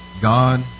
God